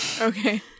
Okay